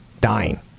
dying